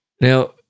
Now